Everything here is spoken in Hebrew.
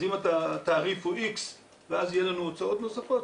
אז אם התעריף הואX ואז יהיה לנו הוצאות נוספות,